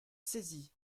saisi